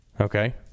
Okay